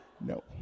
No